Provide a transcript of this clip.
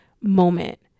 moment